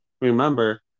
remember